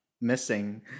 missing